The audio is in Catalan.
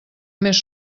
més